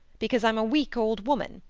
because i'm a weak old woman,